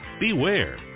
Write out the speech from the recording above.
beware